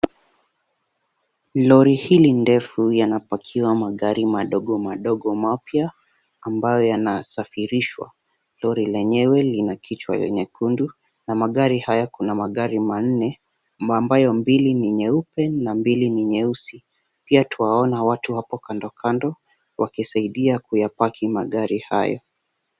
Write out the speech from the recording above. Lori hili ndefu, yanapakiwa magari madogo madogo mapya, ambayo yanasafirishwa. Lori lenyewe lina kishwa la nyekundu, na magari haya kuna magari manne ambayo mbili ni nyeupe na mbile ni nyeusi. Pia twaona watu hapo kando kando wakisaidia kuyapakia magari hayo.